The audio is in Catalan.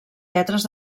lletres